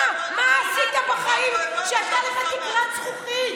מה, מה עשית בחיים שהייתה לך תקרת זכוכית?